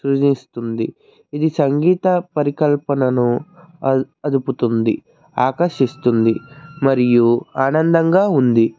సూచిస్తుంది ఇది సంగీత పరికల్పనను అదుపుతుంది ఆకర్షిస్తుంది మరియు ఆనందంగా ఉంది